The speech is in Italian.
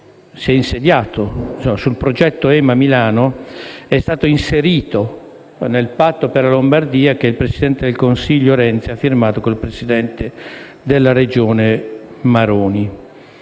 il progetto EMA-Milano è stato inserito nel patto per la Lombardia che l'allora presidente del Consiglio Renzi ha firmato con il presidente della Regione Maroni.